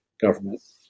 government